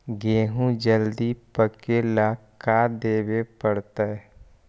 गेहूं जल्दी पके ल का देबे पड़तै?